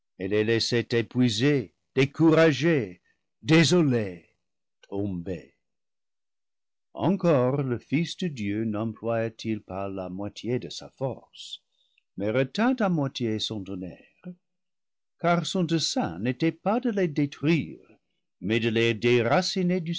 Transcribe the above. les laissait épuisés découragés désolés tombés encore le fils de dieu nemploya t il pas la moitié de sa force mais retint à moitié son tonnerre car son dessein n'était pas de les détruire mais de les déraciner du